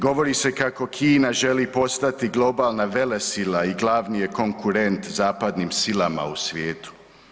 Govori se kako Kina želi postati globalna velesila i glavni je konkurent zapadnim silama u svijetu.